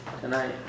tonight